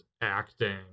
acting